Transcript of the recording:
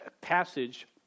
passage